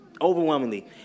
overwhelmingly